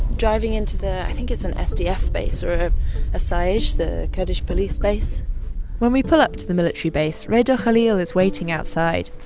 driving into the i think it's an sdf base or asayish, the kurdish police base when we pull up to the military base, redur khalil is waiting outside.